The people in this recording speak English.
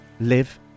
live